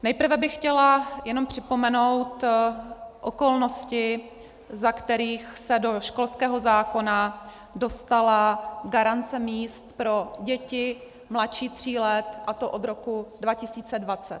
Nejprve bych chtěla jenom připomenout okolnosti, za kterých se do školského zákona dostala garance míst pro děti mladší tří let, a to od roku 2020.